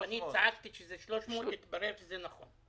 אני צעקתי שזה 300 והתברר שזה נכון.